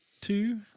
two